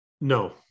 no